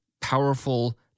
powerful